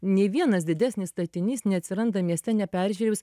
nei vienas didesnis statinys neatsiranda mieste neperžiūrėjus